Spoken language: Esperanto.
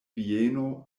vieno